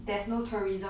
oh ya